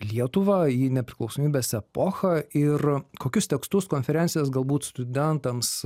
lietuvą į nepriklausomybės epochą ir kokius tekstus konferencijas galbūt studentams